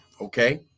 okay